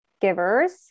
givers